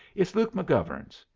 it's luke mcgovern's.